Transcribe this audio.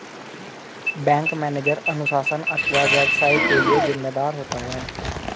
bank manager अनुशासन अथवा व्यवसाय के लिए जिम्मेदार होता है